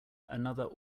another